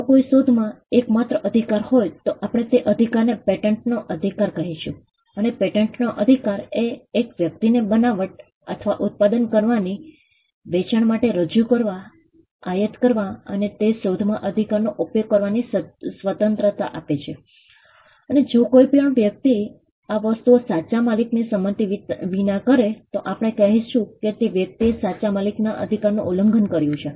જો કોઈ શોધમાં એકમાત્ર અધિકાર હોય તો આપણે તે અધિકારને પેટન્ટનો અધિકાર કહીશું અને પેટન્ટનો અધિકાર એક વ્યક્તિને બનાવટ અથવા ઉત્પાદન કરવાની વેચાણ માટે રજુ કરવા આયાત કરવા અને તે શોધમાં અધિકારનો ઉપયોગ કરવાની સ્વતંત્રતા આપે છે અને જો કોઈપણ વ્યક્તિ આ વસ્તુઓ સાચા માલિકની સંમતિ વિના કરે છે તો આપણે કહીશું કે તે વ્યક્તિએ સાચા માલિકના અધિકારનું ઉલ્લંઘન કર્યું છે